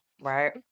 right